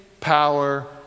power